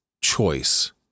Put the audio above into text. choice